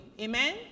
Amen